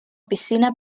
piscina